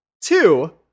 Two